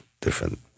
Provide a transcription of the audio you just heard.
different